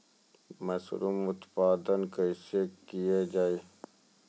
Mushroom उत्पादन कैसे किया जाय?